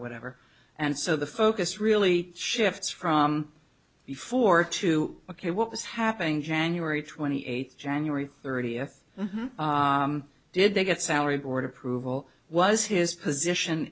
whatever and so the focus really shifts from before to ok what was happening january twenty eighth january thirtieth did they get salary board approval was his position